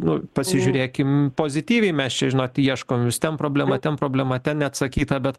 nu pasižiūrėkim pozityviai mes čia žinot ieškom vis ten problema ten problema ten neatsakyta bet